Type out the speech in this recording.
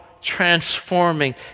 transforming